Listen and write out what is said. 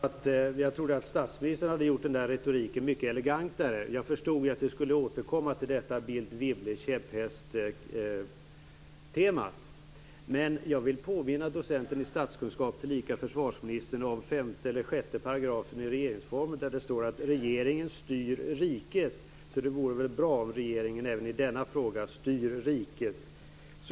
Fru talman! Jag tror att statsministern hade gjort den retoriken mycket elegantare. Jag förstod att vi skulle återkomma till detta Bildt/Wibble-käpphästtema. Men jag vill påminna docenten i statskunskap och tillika försvarsministern om 5 § eller 6 § i regeringsformen där det står att regeringen styr riket. Så det vore väl bra om regeringen även i denna fråga styrde riket.